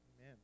Amen